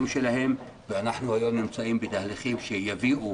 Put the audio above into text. שלהם והיום אנחנו נמצאים בתהליכים שיביאו,